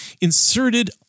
Inserted